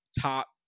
top